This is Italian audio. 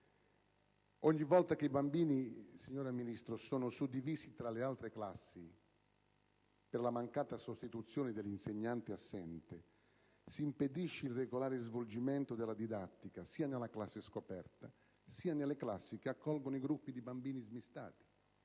Ogni volta che i bambini sono suddivisi tra le classi per la mancata sostituzione dell'insegnante assente si impedisce il regolare svolgimento della didattica sia nella classe scoperta, sia in quelle che accolgono i gruppi di bambini smistati.